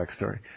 backstory